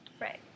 Right